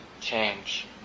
change